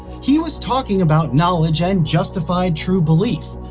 he was talking about knowledge and justified true belief,